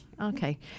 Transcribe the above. Okay